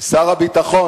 כי שר הביטחון,